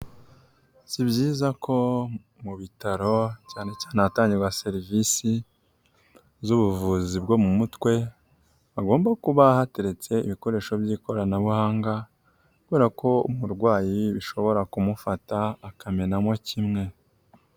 Si byiza ko mu bitaro cyane cyane ahatangirwa serivisi z'ubuvuzi bwo mu mutwe, hagomba kuba hateretse ibikoresho by'ikoranabuhanga, kubera ko umurwayi bishobora kumufata akamenamo kimwe.